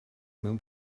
mewn